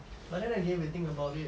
but then again if you think about it